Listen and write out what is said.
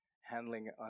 handling